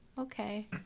Okay